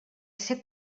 ser